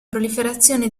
proliferazione